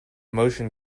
motion